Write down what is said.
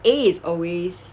A is always